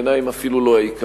בעיני הם אפילו לא העיקר.